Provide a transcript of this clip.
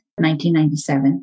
1997